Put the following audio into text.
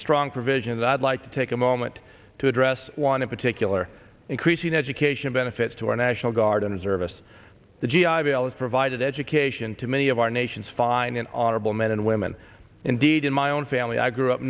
strong provisions i'd like to take a moment to address want to particular increasing education benefits to our national guard and reservists the g i bill as provided education to many of our nation's fine and honorable men and women indeed in my own family i grew up